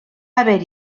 haver